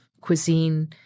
cuisine